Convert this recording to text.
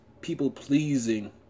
people-pleasing